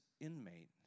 inmate